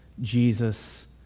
Jesus